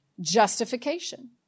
justification